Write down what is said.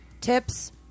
Tips